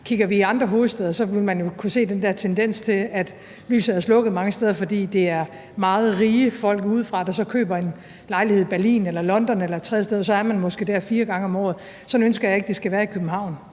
Kigger man til andre hovedstæder, vil man jo kunne se den dér tendens til, at lyset er slukket mange steder, fordi det er meget rige folk udefra, der så køber en lejlighed i Berlin eller London eller et tredje sted, og så er man måske dér fire gange om året. Sådan ønsker jeg ikke at det skal være i København.